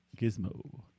Gizmo